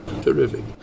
terrific